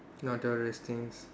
notorious things